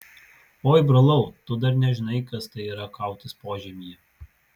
oi brolau tu dar nežinai kas tai yra kautis požemyje